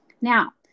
Now